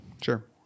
Sure